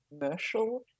commercial